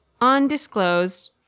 undisclosed